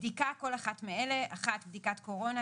"בדיקה" כל אחת מאלה: בדיקת קורונה,